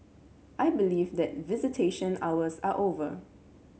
I believe that visitation hours are over